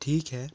ठीक है